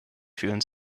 fühlen